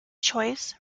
choice